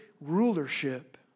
rulership